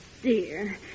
Dear